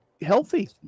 healthy